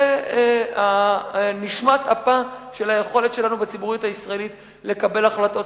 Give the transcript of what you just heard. זה נשמת אפה של היכולת שלנו בציבוריות הישראלית לקבל החלטות,